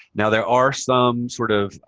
now, there are some, sort of,